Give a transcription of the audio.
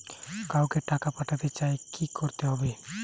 কাউকে টাকা পাঠাতে চাই কি করতে হবে?